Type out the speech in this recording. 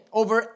over